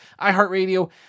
iHeartRadio